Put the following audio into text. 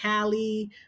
Callie